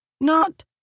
Not-